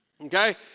Okay